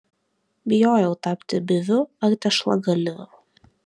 bijojau tapti byviu ar tešlagalviu